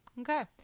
Okay